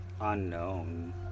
unknown